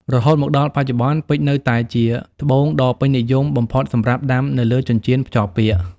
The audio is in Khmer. រហូតមកដល់បច្ចុប្បន្ន ពេជ្រនៅតែជាត្បូងដ៏ពេញនិយមបំផុតសម្រាប់ដាំនៅលើចិញ្ចៀនភ្ជាប់ពាក្យ។